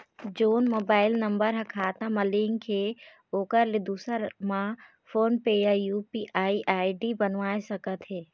जोन mobile number हा खाता मा लिन्क हे ओकर ले दुसर नंबर मा फोन पे या यू.पी.आई आई.डी बनवाए सका थे?